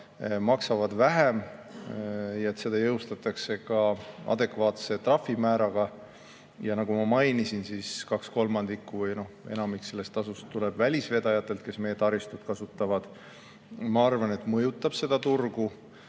maksavad vähem ja et see jõustatakse ka adekvaatse trahvimääraga – nagu ma mainisin, kaks kolmandikku või enamik sellest tasust tuleb välisvedajatelt, kes meie taristut kasutavad –, ma arvan, mõjutab seda turgu.